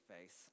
face